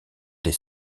des